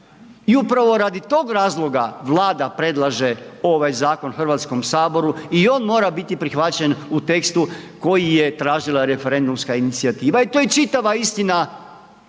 I upravo radi tog razloga Vlada predlaže ovaj zakon HS i on mora biti prihvaćen u tekstu koji je tražila referendumska inicijative i to je čitava istina